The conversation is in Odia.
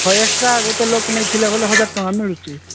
ହେଉ ଏକ୍ସଟ୍ରା ଗୋଟେ ଲୋକ ନେଇଥିଲେ ବୋଲେ ହଜାର ଟଙ୍କା ମିଳୁଛି